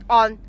on